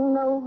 no